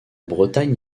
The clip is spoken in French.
bretagne